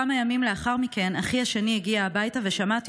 כמה ימים לאחר מכן אחי השני הגיע הביתה ושמעתי